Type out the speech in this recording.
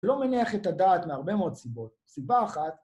לא מניח את הדעת מהרבה מאוד סיבות. סיבה אחת...